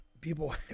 people